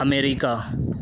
America